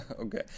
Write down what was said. Okay